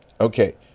Okay